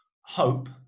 hope